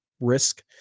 risk